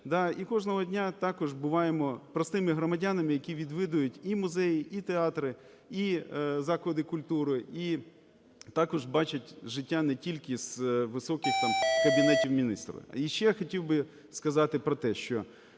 і кожного дня також буваємо простими громадянами, які відвідують і музеї, і театри, і заклади культури, і також бачать життя не тільки з високих там кабінетів міністрів.